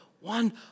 One